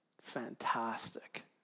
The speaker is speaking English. fantastic